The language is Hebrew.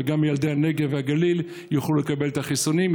וגם ילדי הנגב והגליל יוכלו לקבל את החיסונים.